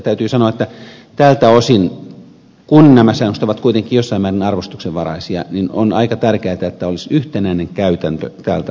täytyy sanoa että kun nämä säännökset ovat kuitenkin jossain määrin arvostuksenvaraisia on aika tärkeätä että olisi yhtenäinen käytäntö tältä osin